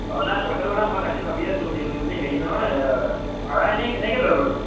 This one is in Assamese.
অঁ নাই পইচাটো কথা মই তাকে ভাবি আছিলোঁ সুধিম সুধিম বুলি হেৰি নহয় ভাড়া এনেই কেনেকৈ লয় বাৰু